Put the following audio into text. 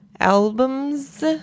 albums